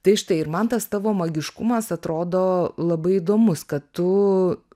tai štai ir man tas tavo magiškumas atrodo labai įdomus kad tu